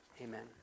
Amen